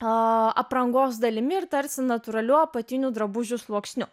o aprangos dalimi ir tarsi natūralių apatinių drabužių sluoksniu